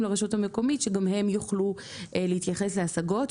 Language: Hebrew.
לרשות המקומית שגם הם יוכלו להתייחס להשגות.